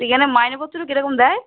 এখানে মাইনেপত্র কীরকম দেয়